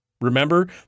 Remember